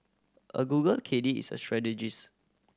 a Google caddie is a strategist